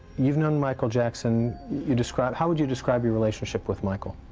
you've known michael jackson you describe how would you describe your relationship with michael?